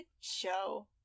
show